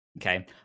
okay